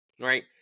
right